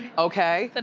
okay? but